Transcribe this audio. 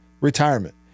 retirement